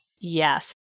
Yes